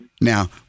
Now